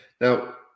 Now